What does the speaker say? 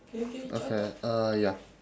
okay uh ya